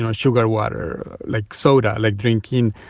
ah sugar water, like soda like drinking